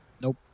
Nope